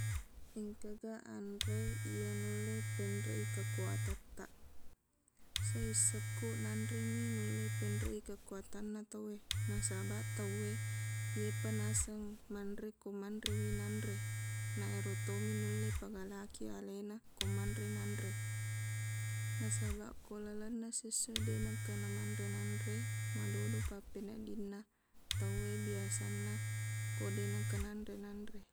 Engkaga anre iya nulle penreq i kekuwatattaq saissekkuq nanremi nulle penreq i kekuwatanna tauwe nasabaq tauwe iyepa naseng manre ko manrewi nanre na ero tommi nulle pagalaki alena ko manre nanre nasabaq ko lalenna sessowe deq nengka namanre nanre madodong pappeneddinna tauwe biasana ko deq nengka na anre nanre